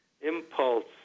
impulse